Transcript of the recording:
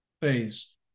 phase